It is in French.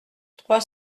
trois